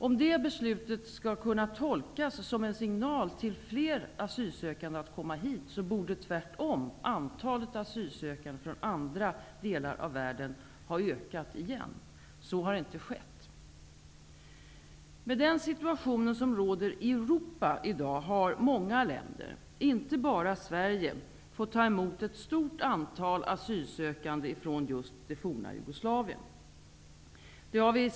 Om det beslutet skall kunna tolkas som en signal till fler asylsökande att komma hit, borde tvärtom antalet asylsökande från andra delar av världen ha ökat igen. Så har icke skett. Med den situation som råder i Europa i dag har många länder, inte bara Sverige, fått ta emot ett stort antal asylsökande från just det forna Jugoslavien.